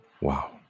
wow